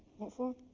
what for?